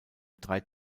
drei